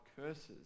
curses